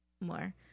more